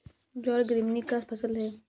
ज्वार ग्रैमीनी का फसल है